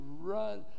run